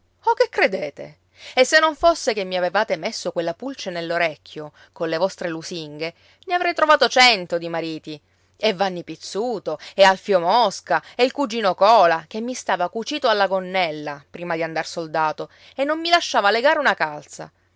che credete e se non fosse che mi avevate messo quella pulce nell'orecchio colle vostre lusinghe ne avrei trovato cento di mariti e vanni pizzuto e alfio mosca e il cugino cola che mi stava cucito alla gonnella prima di andar soldato e non mi lasciava legare una calza